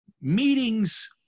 meetings